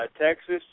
Texas